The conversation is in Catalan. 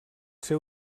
ser